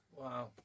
Wow